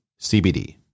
CBD